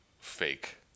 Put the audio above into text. fake